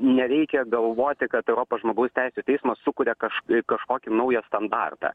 nereikia galvoti kad europos žmogaus teisių teismas sukuria kaž kažkokį naują standartą